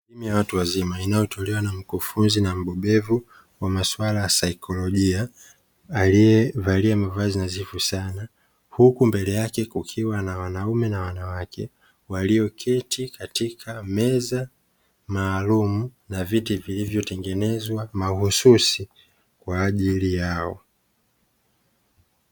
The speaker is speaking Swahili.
Elimu ya watu wazima inayotolewa na mkufunzi na mbobevu wa maswala ya saikolojia; aliyevalia mavazi nadhifu sana, huku mbele yake kukiwa na wanaume na wanawake walioketi katika meza maalumu na viti vilivyotengenezwa mahususi kwaajili yao.